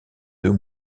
deux